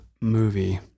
movie